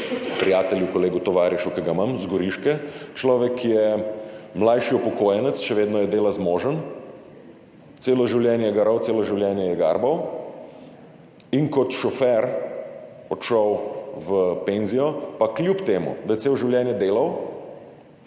prijatelju, kolegu tovarišu, ki ga imam, iz Goriške, človek, ki je mlajši upokojenec, še vedno je dela zmožen. Celo življenje je garal, celo življenje je garbal in kot šofer odšel v penzijo, pa kljub temu da je celo življenje delal,